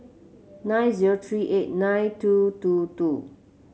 nine zero three eight nine two two two